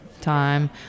time